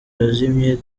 yazimye